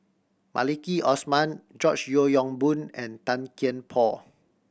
Maliki Osman George Yeo Yong Boon and Tan Kian Por